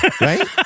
right